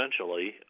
essentially